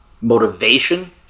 Motivation